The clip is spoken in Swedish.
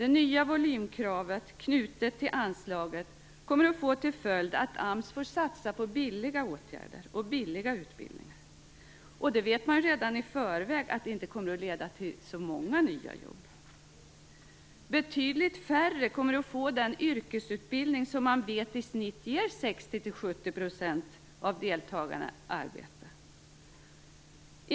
Det nya volymkravet, som är knutet till anslaget, kommer att få till följd att AMS får satsa på billiga åtgärder och billiga utbildningar. Man vet ju redan i förväg att det inte kommer att leda till så många nya jobb. Betydligt färre kommer att få den yrkesutbildning som man vet i snitt ger 60-70 % av deltagarna arbete.